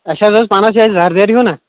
اَسہِ حظ ٲس پانَس یِہٕے زَردیٛار ہیوٗ نا